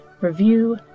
review